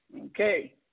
Okay